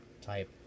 type